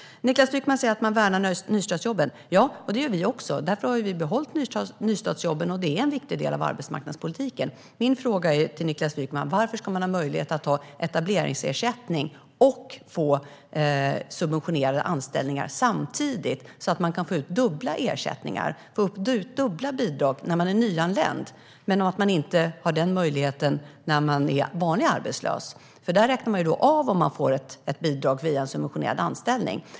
Niklas Wykman säger att man värnar om nystartsjobben. Det gör vi också. Därför har vi behållit nystartsjobben, och de är en viktig del av arbetsmarknadspolitiken. Min fråga till Niklas Wykman är: Varför ska man ha möjlighet att ha etableringsersättning och få subventionerad anställning samtidigt, så att man kan få ut dubbla ersättningar och få ut dubbla bidrag när man är nyanländ men inte när man är en vanlig arbetslös person? Då räknas det nämligen av om man får ett bidrag via en subventionerad anställning.